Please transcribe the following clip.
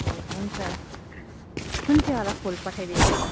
ए हुन्छ कुन चाहिँ वाला फुल पठाइदिनु